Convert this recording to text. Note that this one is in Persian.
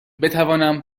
بتوانم